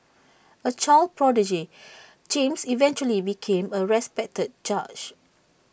A child prodigy James eventually became A respected judge